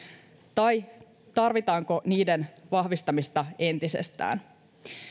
tai tarvitaanko niiden vahvistamista entisestään